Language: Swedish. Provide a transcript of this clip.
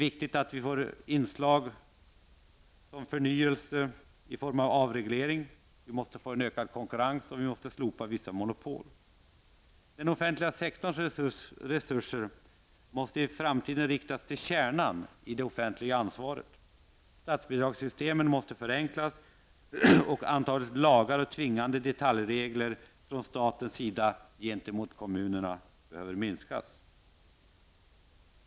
Viktiga inslag i denna förnyelse är avreglering, konkurrens och slopande av vissa monopol. Den offentliga sektorns resurser bör i framtiden riktas till kärnan i det offentliga ansvaret. Statsbidragssystemet måste förenklas, och antalet lagar och tvingande detaljregler från statens sida gentemot kommunerna minskas.